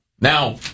Now